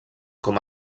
com